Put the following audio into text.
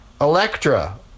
Electra